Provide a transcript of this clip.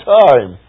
time